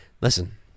Listen